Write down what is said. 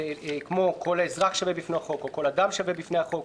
כמו שכל אזרח שווה בפני החוק או כל אדם שווה בפני החוק,